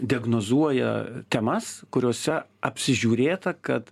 diagnozuoja temas kuriose apsižiūrėta kad